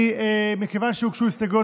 מכיוון שהוגשו הסתייגויות,